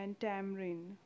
tamarind